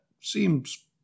seems